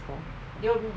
!huh!